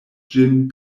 ĝin